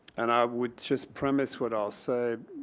and i would just premise what i'll say,